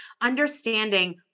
understanding